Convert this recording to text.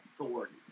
authority